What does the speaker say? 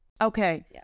Okay